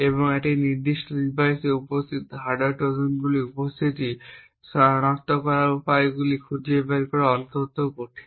এবং একটি নির্দিষ্ট ডিভাইসে উপস্থিত হার্ডওয়্যার ট্রোজানগুলির উপস্থিতি সনাক্ত করার উপায়গুলি খুঁজে পাওয়া অত্যন্ত কঠিন